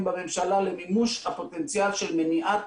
בממשלה למימוש הפוטנציאל של מניעת